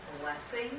blessing